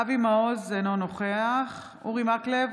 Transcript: אבי מעוז, אינו נוכח אורי מקלב,